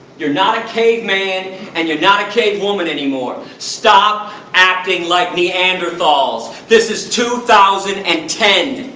you're not a caveman and you're not a cavewoman anymore. stop acting like neanderthals! this is two thousand and ten!